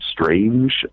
Strange